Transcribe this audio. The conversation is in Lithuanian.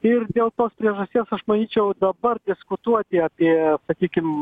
ir dėl tos priežasties aš manyčiau dabar diskutuoti apie sakykim